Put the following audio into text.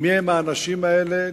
מי הם האנשים האלה,